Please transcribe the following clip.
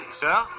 Sir